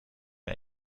wir